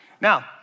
Now